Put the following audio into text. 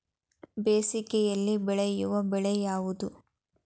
ಬೇಸಿಗೆಯಲ್ಲಿ ಬೆಳೆಯುವ ಬೆಳೆ ಯಾವುದು?